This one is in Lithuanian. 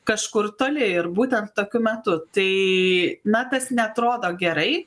kažkur toli ir būtent tokiu metu tai na tas neatrodo gerai